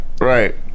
Right